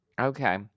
okay